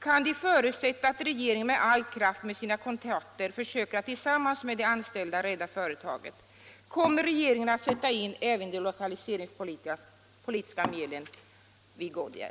Kan de förutsätta att regeringen med all kraft genom sina kontakter försöker att tillsammans med de anställda rädda företaget? Kommer regeringen att sätta in även de lokaliseringspolitiska medlen vid Goodyear?